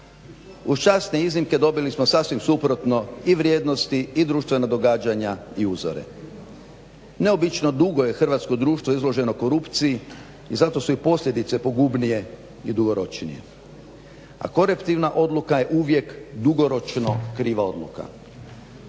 Uz časne iznimke dobili smo sasvim suprotno i vrijednosti i društvena događanja i uzore. Neobično dugo je hrvatsko društvo izloženo korupciji i zato su i posljedice pogubnije i dugoročnije. A koruptivna odluka je uvijek dugoročno kriva odluka.